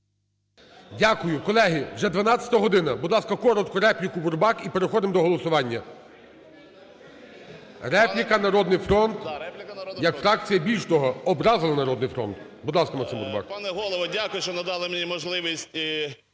Дякую. Колеги, вже 12-а година. Будь ласка, коротко, репліку Бурбак, і переходимо до голосування. Репліка, "Народний фронт" як фракція. Більш того, образили "Народний фронт". Будь ласка, Максим Бурбак.